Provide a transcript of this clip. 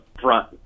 front